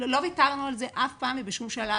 לא ויתרנו על זה אף פעם ובשום שלב.